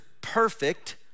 perfect